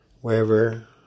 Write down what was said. wherever